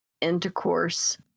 intercourse